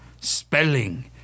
spelling